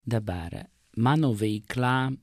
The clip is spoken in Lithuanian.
dabar mano veikla